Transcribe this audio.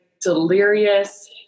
delirious